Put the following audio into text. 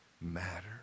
matter